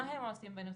מה הם עושים בנושא,